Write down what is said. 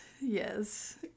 yes